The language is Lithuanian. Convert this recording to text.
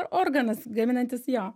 organas gaminantis jo